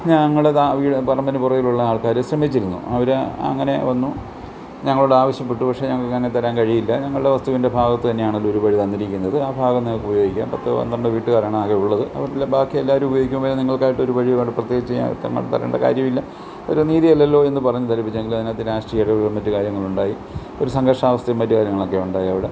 ഞങ്ങളേത് വീട് പറമ്പിന്റെ പുറകിലുള്ള ആൾക്കാർ ശ്രമിച്ചിരുന്നു അവർ അങ്ങനെയൊന്ന് ഞങ്ങളോട് ആവശ്യപ്പെട്ടു പക്ഷെ ഞങ്ങൾക്ക് അങ്ങനെ തരാൻ കഴിയില്ല ഞങ്ങളുടെ വസ്തുവിന്റെ ഭാഗത്ത് തന്നെയാണല്ലോ ഒരു വഴി തന്നിരിക്കുന്നത് ആ ഭാഗം നിങ്ങൾക്ക് ഉപയോഗിക്കാം പത്തോ പന്ത്രണ്ടോ വീട്ടുകാരാണ് ആകെ ഉള്ളത് അവരെല്ലാം ബാക്കി എല്ലാവരും ഉപയോഗിക്കുമ്പോൾ പിന്നെ നിങ്ങൾക്ക് ആയിട്ട് ഒരു വഴി പ്രത്യേകിച്ച് തരേണ്ട കാര്യമില്ല ഒരു നീതിയല്ലല്ലോ എന്ന് പറഞ്ഞു ധരിപ്പിച്ച് ഞങ്ങൾ അതിനകത്ത് രാഷ്ട്രീയമൊക്കെ ഉയർന്നിട്ട് മറ്റു കാര്യങ്ങളുണ്ടായി ഒരു സംഘർഷാവസ്ഥയും മറ്റു കാര്യങ്ങളൊക്കെ ഉണ്ടായി അവിടെ